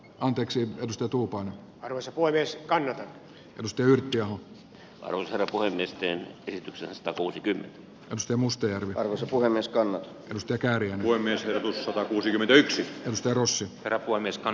anteeksi joustotupon karussa huoneistokannan pystyyn jo runsaina puhemiesten kehityksestä budjetin kanssa mustajärvi on osa puhemieskaima pystyy käärimään voimiensa ja satakuusikymmentäyksi stenros rokuan niskan